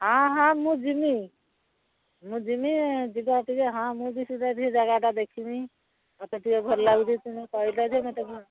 ହଁ ହଁ ମୁଁ ଯିମି ମୁଁ ଯିମି ଯିବା ଟିକିେ ହଁ ମୁଁ ବି ସୁଧା ଜାଗାଟା ଦେଖିନି ମୋତେ ଟିକେ ଭଲ ଲାଗୁଛି ତ କହିଲେ ଯେ ମୋତେ ଭ